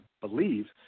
believe